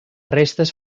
restes